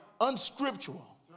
unscriptural